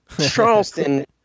Charleston